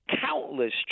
countless